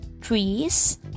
trees